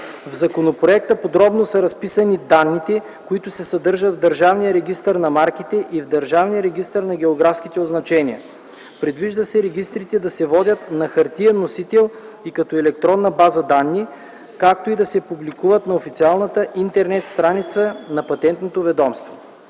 В законопроекта подробно са разписани данните, които се съдържат в Държавния регистър на марките и в Държавния регистър на географските означения. Предвижда се регистрите да се водят на хартиен носител и като електронна база данни, както и да се публикуват на официалната интернет страница на Патентното ведомство.